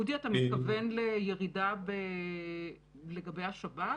אודי, אתה מתכוון לירידה לגבי השב"כ?